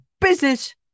business